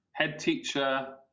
headteacher